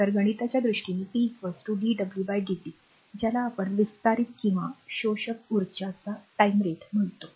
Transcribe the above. तर गणिताच्या दृष्टीने p dw dt ज्याला आपण विस्तारित किंवा शोषक उर्जाचा time rateवेळ दर म्हणतो